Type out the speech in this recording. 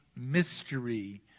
mystery